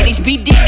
hbd